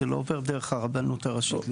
זה לא עובר דרך הרבנות הראשית.